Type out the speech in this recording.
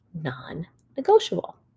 non-negotiable